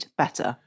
better